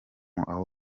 aho